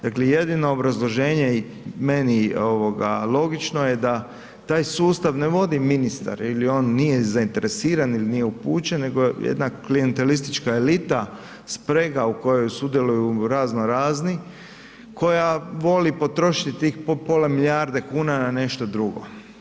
Dakle jedino obrazloženje i meni logično je da taj sustav ne vodi ministar ili on nije zainteresiran ili nije upućen nego jedna klijentelistička elita, sprega u kojoj sudjeluju razno razni, koja voli potrošiti tih pola milijarde kuna na nešto drugo.